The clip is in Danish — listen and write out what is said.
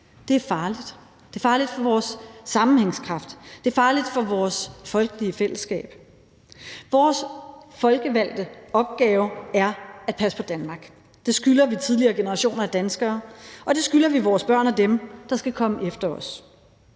Det er farligt. Det er farligt for vores sammenhængskraft, det er farligt for vores folkelige fællesskab. Vores opgave som folkevalgte er at passe på Danmark. Det skylder vi tidligere generationer af danskere, og det skylder vi vores børn og dem, der skal komme efter os.